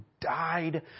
died